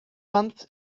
months